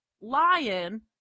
lion